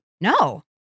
no